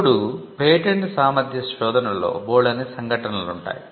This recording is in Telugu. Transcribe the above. ఇప్పుడు పేటెంట్ సామర్ధ్య శోధనలో బోల్డన్ని సంఘటనలు ఉంటాయి